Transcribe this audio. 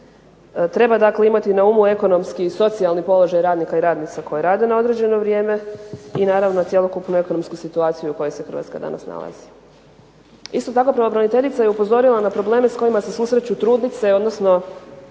Treba dakle imati na umu ekonomski i socijalni položaj radnika i radnica koji rade na određeno vrijeme i naravno cjelokupnu ekonomsku situaciju u kojoj se Hrvatska danas nalazi. Isto tako pravobraniteljica je upozorila na probleme s kojima se susreću trudnice odnosno